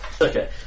Okay